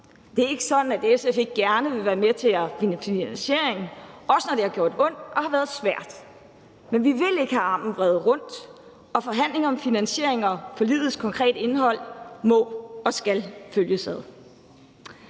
Det er ikke sådan, at SF ikke gerne har villet være med til at finde finansiering, også når det har gjort ondt og har været svært, men vi vil ikke have armen vredet rundt, og forhandlinger om finansiering og politisk konkret indhold må og skal følges ad.